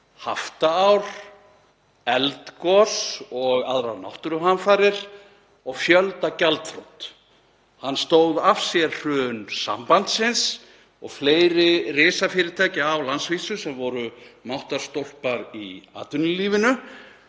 haftaár, eldgos og aðrar náttúruhamfarir og fjöldagjaldþrot. Hann stóð af sér hrun Sambandsins og fleiri risafyrirtækja á landsvísu sem voru máttarstólpar í atvinnulífinu